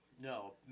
No